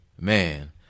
Man